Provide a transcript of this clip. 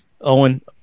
Owen